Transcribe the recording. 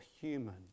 human